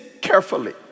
carefully